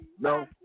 No